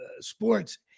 sports